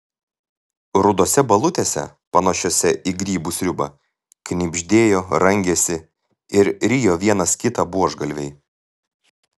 rudose balutėse panašiose į grybų sriubą knibždėjo rangėsi ir rijo vienas kitą buožgalviai